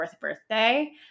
birthday